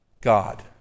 god